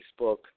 Facebook